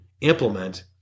implement